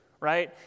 right